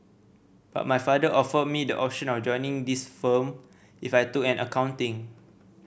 but my father offered me the option of joining this firm if I took on accounting